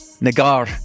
Nagar